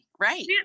Right